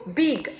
big